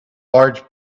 large